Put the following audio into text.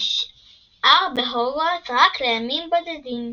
נשאר בהוגוורטס רק לימים בודדים.